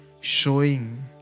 showing